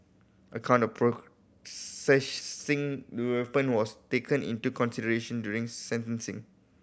a count of possessing the weapon was taken into consideration during sentencing